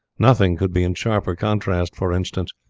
nothing could be in sharper contrast, for instance,